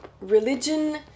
religion